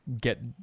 get